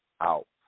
out